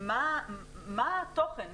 מה התוכן?